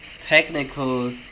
technical